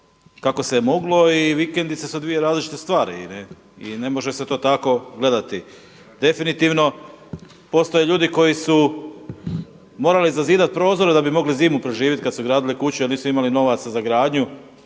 kako se je moglo i vikendice su dvije različite stvari i ne može se to tako gledati. Definitivno postoje ljudi koji su morali zazidati prozore da bi mogli zimu preživjeti kada su gradili kuće jer nisu imali novaca za gradnju,